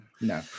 No